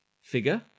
figure